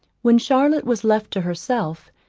when charlotte was left to herself,